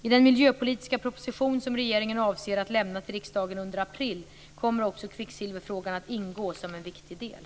I den miljöpolitiska proposition som regeringen avser att lämna till riksdagen under april kommer också kvicksilverfrågan att ingå som en viktig del.